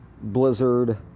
Blizzard